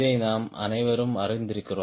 இதை நாம் அனைவரும் அறிந்திருக்கிறோம்